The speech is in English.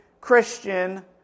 Christian